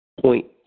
point